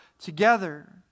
together